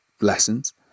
lessons